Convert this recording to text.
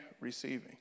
receiving